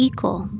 Equal